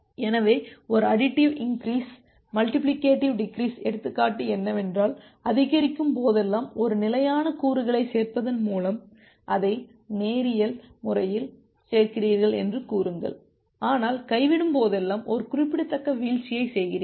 எனவே ஒரு additive increase multiplicative decrease எடுத்துக்காட்டு என்னவென்றால் அதிகரிக்கும் போதெல்லாம் ஒரு நிலையான கூறுகளைச் சேர்ப்பதன் மூலம் அதை நேரியல் முறையில் சேர்க்கிறீர்கள் என்று கூறுங்கள் ஆனால் கைவிடும் போதெல்லாம் ஒரு குறிப்பிடத்தக்க வீழ்ச்சியைச் செய்கிறீர்கள்